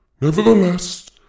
Nevertheless